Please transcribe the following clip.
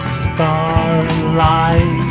starlight